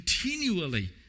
continually